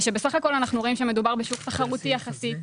בסך הכול אנחנו רואים שמדובר בשוק תחרותי יחסית